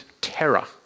terror